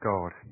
God